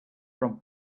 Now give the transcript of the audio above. from